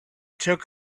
took